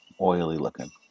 Oily-looking